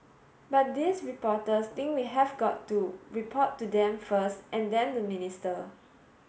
but these reporters think we have got to report to them first and then the minister